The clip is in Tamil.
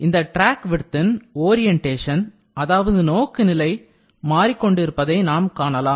இந்த ட்ராக் விட்த்தின் ஒரியண்டேஷன் அதாவது நோக்குநிலை மாறிக் கொண்டிருப்பதை நாம் காணலாம்